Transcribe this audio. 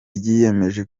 ryiyemeje